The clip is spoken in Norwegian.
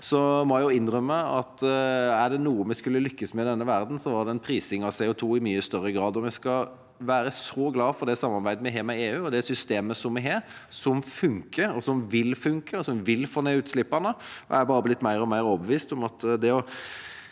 må jeg innrømme at er det noe vi skulle ha lyktes med i denne verdenen, er det en prising av CO2, i mye større grad. Vi skal være så glade for det samarbeidet vi har med EU, og det systemet som vi har, som fungerer, vil fungere og vil få ned utslippene. Jeg er blitt bare mer og mer overbevist om at nøkkelen